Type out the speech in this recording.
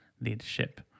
leadership